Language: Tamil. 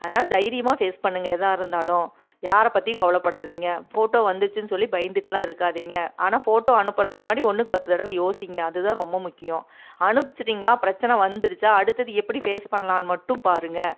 அதனால தைரியமாக ஃபேஸ் பண்ணுங்கள் எதாக இருந்தாலும் யாரை பற்றியும் கவலைப்படாதீங்க ஃபோட்டோ வந்துருச்சின்னு சொல்லி பயந்துட்டு எல்லாம் இருக்காதிங்க ஆனால் ஃபோட்டோ அனுப்புறத்துக்கு முன்னாடி ஒன்றுக்கு பத்து தடவை யோசிங்க அது தான் ரொம்ப முக்கியம் அனுப்பிச்சி விட்டிங்களா பிரச்சனை வந்துருச்சா அடுத்தது எப்படி ஃபேஸ் பண்ணலாம்னு மட்டும் பாருங்கள்